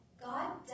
God